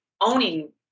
owning